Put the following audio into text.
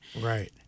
right